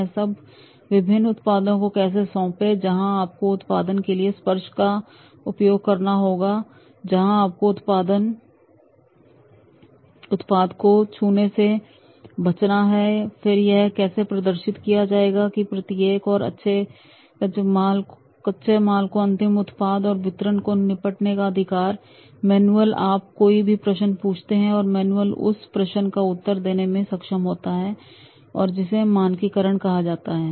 यह सब विभिन्न उत्पादों को कैसे सौंपें जहां आपको उत्पाद के लिए स्पर्श का उपयोग करना है जहां आपको उत्पाद को छूने से बचना है और फिर यह कैसे प्रदर्शित किया जाना है कि प्रत्येक और हर कच्चे माल को अंतिम उत्पाद और वितरण से निपटने का अधिकार है मैनुअल आप कोई भी प्रश्न पूछते हैं और मैनुअल उस प्रश्न का उत्तर देने में सक्षम होता है और जिसे मानकीकरण कहा जाता है